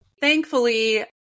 thankfully